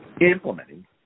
implementing